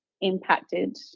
impacted